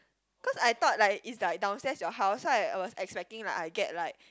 cause I thought like it's like downstairs your house so I was expecting like I get like